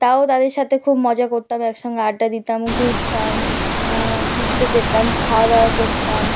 তাও তাদের সাথে খুব মজা করতাম একসঙ্গে আড্ডা দিতাম ঘুরতাম ঘুরতে যেতাম খাওয়া দাওয়া করতাম